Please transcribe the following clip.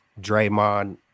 Draymond